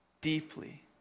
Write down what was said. deeply